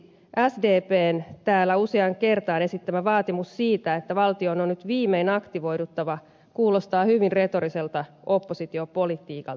siksi sdpn täällä useaan kertaan esittämä vaatimus siitä että valtion on nyt viimein aktivoiduttava kuulostaa hyvin retoriselta oppositiopolitiikalta